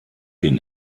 den